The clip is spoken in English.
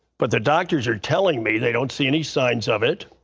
but the doctors are telling me they don't see any signs of it.